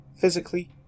Physically